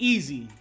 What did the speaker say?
Easy